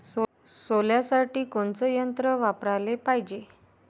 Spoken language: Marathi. सोल्यासाठी कोनचं यंत्र वापराले पायजे?